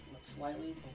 Slightly